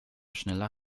schneller